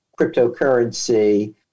cryptocurrency